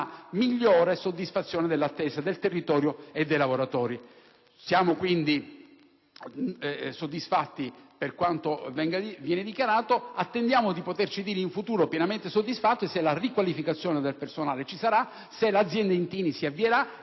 migliore soddisfazione delle attese del territorio e dei lavoratori. Siamo quindi soddisfatti per quanto viene dichiarato. Attendiamo di poterci dichiarare in futuro pienamente soddisfatti se la riqualificazione del personale ci sarà, se l'azienda Intini si avvierà